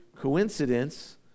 coincidence